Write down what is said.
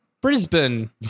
Brisbane